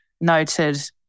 Noted